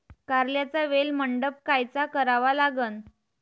कारल्याचा वेल मंडप कायचा करावा लागन?